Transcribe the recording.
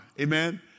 amen